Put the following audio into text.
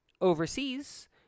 overseas